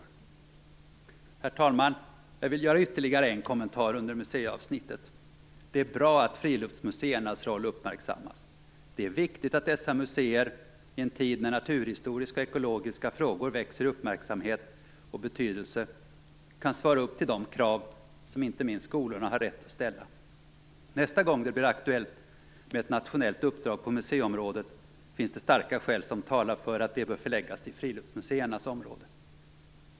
Jag vill göra ytterligare en kommentar under museiavsnittet. Det är bra att friluftsmuseernas roll uppmärksammas. Det är viktigt att dessa museer, i en tid när naturhistoriska och ekologiska frågor växer i uppmärksamhet och betydelse, kan svara upp till de krav som inte minst skolorna har rätt att ställa. Nästa gång det blir aktuellt med ett nationellt uppdrag på museiområdet finns det starka skäl som talar för att det bör förläggas till friluftsmuseernas område.